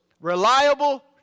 reliable